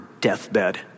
deathbed